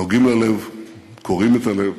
נוגעים ללב, קורעים את הלב.